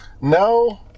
No